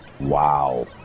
Wow